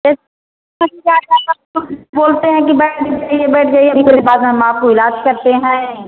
बोलते हैं कि बैठ जाइए बैठ जाइए अभी थोड़ी देर बाद हम आपको इलाज करते हैं